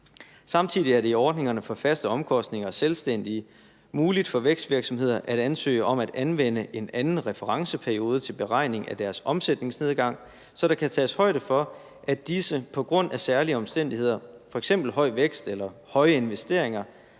Samtidig er det i ordningerne for faste omkostninger og selvstændige muligt for vækstvirksomheder at ansøge om at anvende en anden referenceperiode til beregning af deres omsætningsnedgang, så der kan tages højde for, at disse på grund af særlige omstændigheder, f.eks. høj vækst eller høje investeringer,